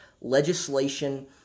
legislation